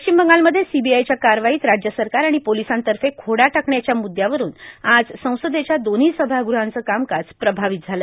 पश्चिम बंगालमध्ये सीबीआयच्या कारवाईत राज्य सरकार आणि पोलिसांतर्फे खोडा टाकण्याच्या मुद्यावरून आज संसदेच्या दोव्ही सभागृहाचं कामकाज प्रभावित झालं